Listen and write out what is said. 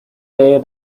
day